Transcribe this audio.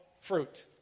fruit